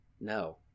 No